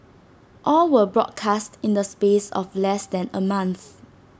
all were broadcast in the space of less than A month